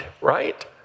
Right